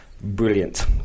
Brilliant